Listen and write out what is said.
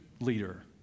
leader